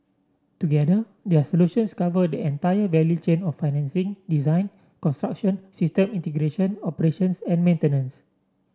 together their solutions cover the entire value chain of financing design construction system integration operations and maintenance